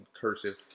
cursive